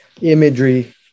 Imagery